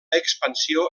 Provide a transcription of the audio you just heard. expansió